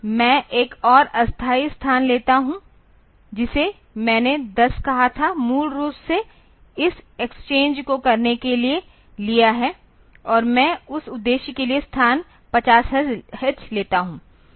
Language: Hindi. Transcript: मैं एक और अस्थायी स्थान लेता हूं जिसे मैंने 10 कहा था मूल रूप से इस एक्सचेंज को करने के लिए लिया है और मैं उस उद्देश्य के लिए स्थान 50 h लेता हूं